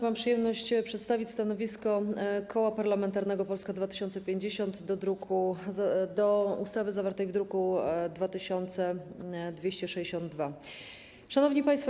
Mam przyjemność przedstawić stanowisko Koła Parlamentarnego Polska 2050 wobec ustawy zawartej w druku nr 2262. Szanowni Państwo!